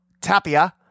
Tapia